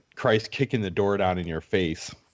Christ-kicking-the-door-down-in-your-face